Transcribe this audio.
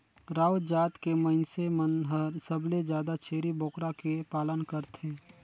राउत जात के मइनसे मन हर सबले जादा छेरी बोकरा के पालन करथे